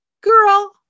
girl